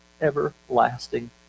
everlasting